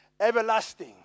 Everlasting